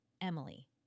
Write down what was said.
Emily